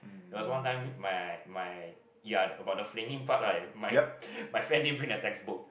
there was one time my my ya the about the flinging part right my my friend didn't bring a textbook